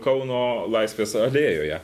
kauno laisvės alėjoje